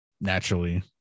naturally